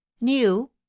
new